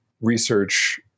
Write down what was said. research